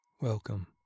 Welcome